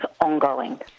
ongoing